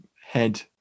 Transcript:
head